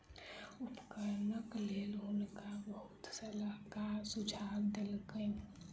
उपकरणक लेल हुनका बहुत सलाहकार सुझाव देलकैन